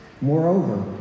Moreover